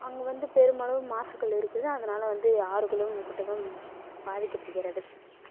அங்கே வந்து பெருமளவு மாசுக்கள் இருக்குது அதனால் வந்து ஆறுகளும் குட்டைகளும் பாதிக்கப்படுகிறது